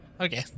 Okay